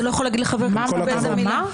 אתה לא יכול להגיד לחבר כנסת באיזו מילה להשתמש.